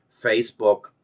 Facebook